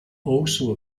also